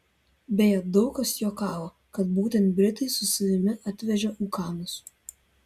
beje daug kas juokavo kad būtent britai su savimi atvežė ūkanas